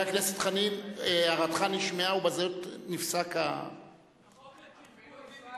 החוק לקרקוע ביבי טורס.